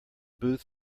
booth